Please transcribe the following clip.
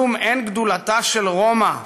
כלום אין גדולתה של רומא,